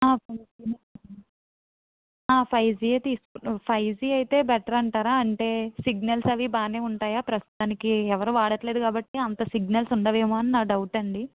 five జీయే five జీయే తీసుకుంటాం ఫైవ్ జీ అయితే బెటర్ అంటారా అంటే సిగ్నల్స్ అవి బాగా ఉంటాయా ప్రస్తుతానికి ఎవరు వాడట్లేదు కాబట్టి అంత సిగ్నల్స్ ఉండవు ఏమో అని నా డౌట్ అండి